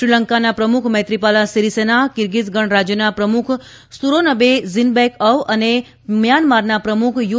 શ્રીલંકાના પ્રમુખ મૈત્રીપાલા સીરીસેના કીર્ગીઝ ગણરાજ્યના પ્રમુખ સુરોનબે ઝીનબેકઅવ અને મ્યાનમારના પ્રમુખ યુ